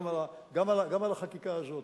גם על החקיקה הזאת.